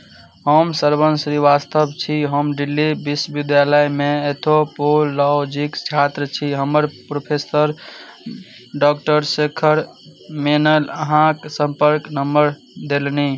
हम श्रवण श्रीवास्तव छी हम दिल्ली विश्वविद्यालयमे एथोपुरलॉजिक छात्र छी हमर प्रोफेसर डॉक्टर शेखर मेनल अहाँक सम्पर्क नम्बर देलनि